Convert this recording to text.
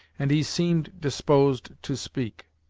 and he seemed disposed to speak.